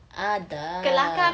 ada